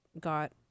got